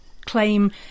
claim